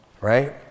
Right